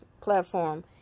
platform